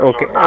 Okay